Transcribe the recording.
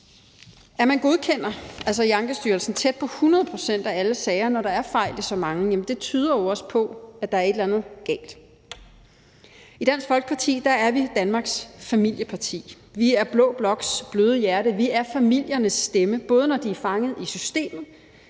altså godkender tæt på 100 pct. alle sager, når der er fejl i så mange, tyder jo også på, at der er et eller andet galt. Dansk Folkeparti er Danmarks familieparti. Vi er blå bloks bløde hjerte. Vi er familiernes stemme, både når de er fanget i systemet,